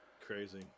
Crazy